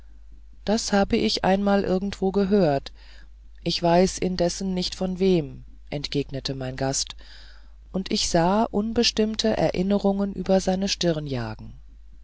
das habe ich einmal irgendwo gehört ich weiß indessen nicht von wem entgegnete mein gast und ich sah unbestimmte erinnerungen über seine stirn jagen